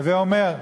הווי אומר,